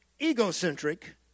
egocentric